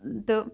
تہٕ